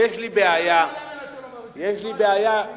אתם הורסים את ישראל, לא מכפישים אותה.